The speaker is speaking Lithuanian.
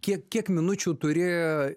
kiek kiek minučių turi